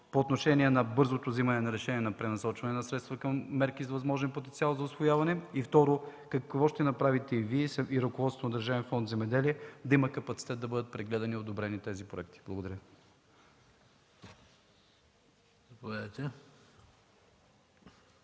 по отношение на бързото вземане на решение на пренасочване на средства към мерки с възможен потенциал за усвояване и, второ, какво ще направите Вие и ръководството на Държавен фонд „Земеделие” да има капацитет да бъдат прегледани и одобрени тези проекти? Благодаря.